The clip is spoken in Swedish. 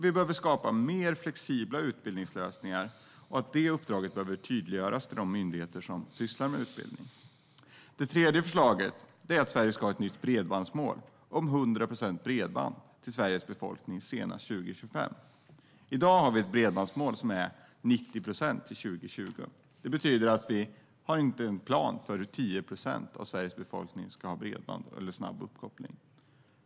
Vi behöver skapa mer flexibla utbildningslösningar, och det uppdraget behöver tydliggöras för de myndigheter som sysslar med utbildning. Det tredje förslaget är att Sverige ska ha ett nytt bredbandsmål om 100 procent bredband till Sveriges befolkning senast 2025. I dag har vi ett bredbandsmål som är 90 procent till 2020. Det betyder att vi inte har någon plan för hur 10 procent av Sveriges befolkning ska få bredband eller snabbuppkoppling.